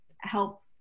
help